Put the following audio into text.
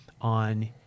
on